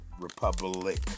republic